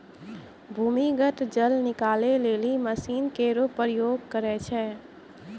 भूमीगत जल निकाले लेलि मसीन केरो प्रयोग करै छै